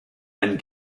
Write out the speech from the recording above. and